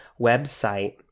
website